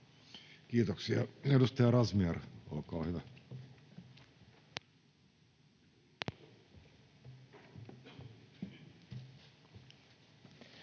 Kiitoksia. — Edustaja Razmyar, olkaa hyvä.